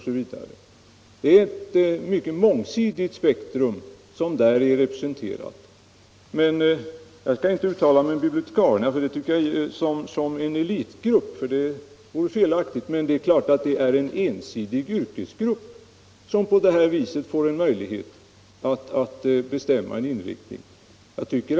Det är ett mycket mångsidigt spektrum av intressen som där är representerat. Jag skall inte uttala mig om bibliotekarierna som en elitgrupp. Det vore felaktigt. Men de är naturligtvis en ensidig yrkesgrupp, som på det här sättet får en möjlighet att bestämma en inriktning av utgivningen.